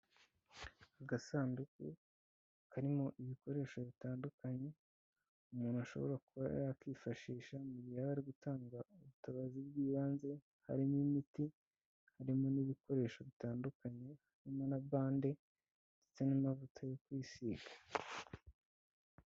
Agasanduku karimo ibikoresho bitandukanye umuntu ashobora kuba yakwifashisha mu gihe yaba ari gutanga ubutabazi bw'ibanze, harimo imiti, harimo n'ibikoresho bitandukanye, harimo na bande ndetse n'amavuta yo kwisiga.